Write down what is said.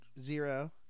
zero